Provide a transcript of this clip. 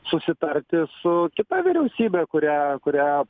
susitarti su kita vyriausybe kurią kurią